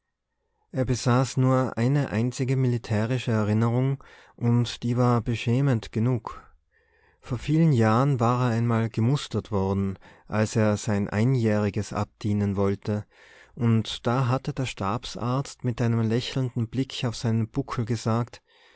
er besaß nur eine einzige militärische erinnerung und die war beschämend genug vor vielen jahren war er einmal gemustert worden als er sein einjähriges abdienen wollte und da hatte der stabsarzt mit einem lächelnden blick auf seinen buckel gesagt